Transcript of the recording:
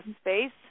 space